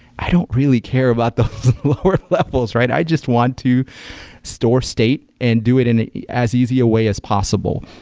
i don't really care about the lower levels. i just want to store state and do it in it as easy a way as possible,